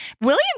William